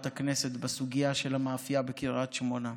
הכנסת בסוגיה של המאפייה בקריית שמונה,